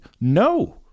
No